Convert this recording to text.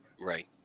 right